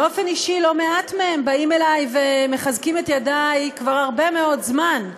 באופן אישי לא מעט מהם באים אלי ומחזקים את ידי כבר לא מעט זמן,